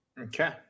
okay